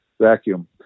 vacuum